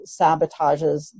sabotages